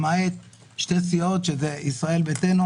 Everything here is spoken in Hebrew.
למעט שתי סיעות שהן ישראל ביתנו